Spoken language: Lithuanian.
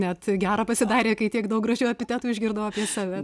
net gera pasidarė kai tiek daug gražių epitetų išgirdau apie save